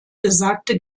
besagte